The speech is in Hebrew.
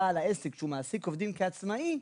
בעל העסק שהוא מעסיק עובדים כעצמאי,